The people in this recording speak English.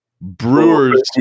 Brewers